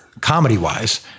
comedy-wise